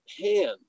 hand